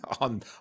On